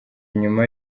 nyuma